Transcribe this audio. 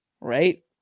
Right